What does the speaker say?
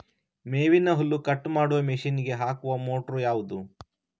ಮೇವಿನ ಹುಲ್ಲು ಕಟ್ ಮಾಡುವ ಮಷೀನ್ ಗೆ ಹಾಕುವ ಮೋಟ್ರು ಯಾವುದು?